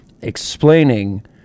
explaining